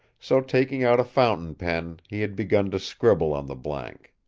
so, taking out a fountain pen, he had begun to scribble on the blank.